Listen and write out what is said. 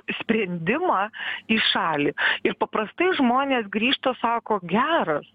sprendimą į šalį ir paprastai žmonės grįžta sako geras